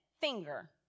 finger